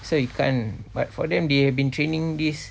so you can't but for them they have been training this